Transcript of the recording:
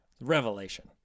Revelation